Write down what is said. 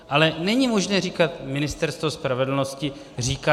Ale není možné říkat: Ministerstvo spravedlnosti říká...